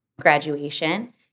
graduation